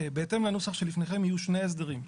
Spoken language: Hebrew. בהתאם לנוסח שבפניכם יהיו שני הסדרים.